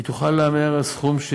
היא תוכל להמר על סכום,